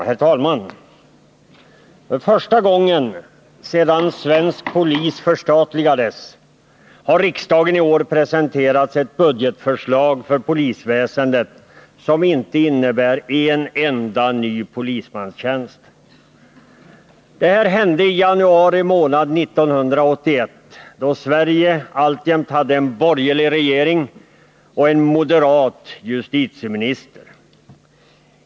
Herr talman! För första gången sedan svensk polis förstatligades har regeringen i år presenterat ett budgetförslag för polisväsendet som inte innebär en enda ny polismanstjänst. Det här hände i januari månad 1981, då Sverige alltjämt hade en borgerlig regering och en moderat justitieminister.